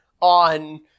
on